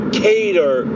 cater